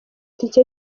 itike